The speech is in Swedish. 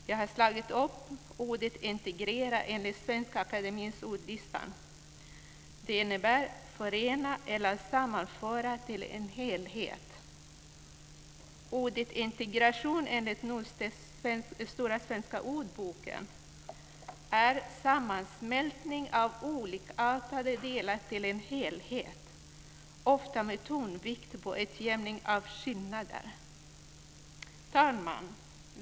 Jag har slagit upp ordet integrera i Svenska Akademiens ordlista. Integrera innebär att förena eller sammanföra till en helhet. Ordet integration är enligt Norstedts stora svenska ordbok sammansmältning av olikartade delar till en helhet ofta med tonvikt på utjämning av skillnader. Herr talman!